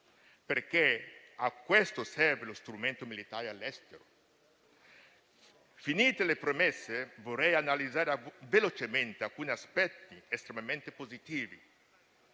perché a questo serve lo strumento militare all'estero. Finite le premesse, vorrei analizzare velocemente alcuni aspetti estremamente positivi